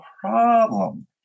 problem